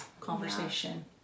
conversation